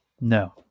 no